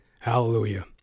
Hallelujah